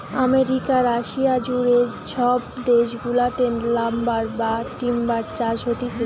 America, Russia জুড়ে সব দেশ গুলাতে লাম্বার বা টিম্বার চাষ হতিছে